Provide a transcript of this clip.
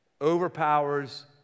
overpowers